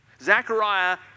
Zechariah